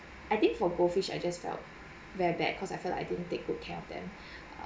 I think for goldfish I just felt very bad cause I felt I didn't take good care of them